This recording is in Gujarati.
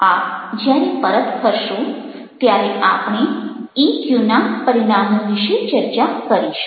આપ જ્યારે પરત ફરશો ત્યારે આપણે ઇક્યુના પરિણામો વિશે ચર્ચા કરીશું